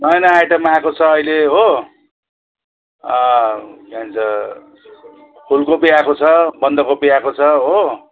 नयाँ नयाँ आइटममा आएको छ अहिले हो के भन्छ फूलकोपी आएको छ बन्दकोपी आएको छ हो